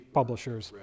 publishers